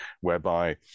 whereby